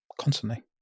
constantly